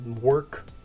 work